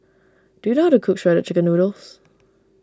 do you know how to cook Shredded Chicken Noodles